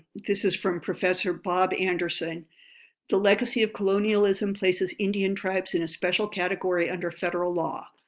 this is from professor bob anderson the legacy of colonialism places indian tribes in a special category under federal law.